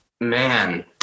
man